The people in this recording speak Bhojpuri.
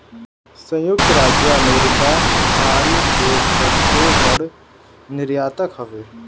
संयुक्त राज्य अमेरिका खाल के सबसे बड़ निर्यातक हवे